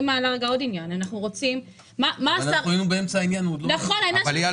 אנחנו היינו באמצע העניין, והוא עוד לא ענה.